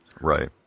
Right